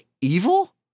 evil